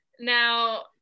Now